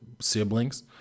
siblings